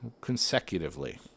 consecutively